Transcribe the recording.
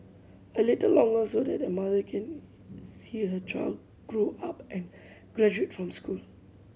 a little longer so that a mother can see her child grow up and graduate from school